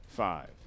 Five